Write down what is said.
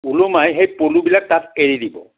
ওলোমাই সেই পলুবিলাক তাত এৰি দিব